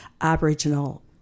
Aboriginal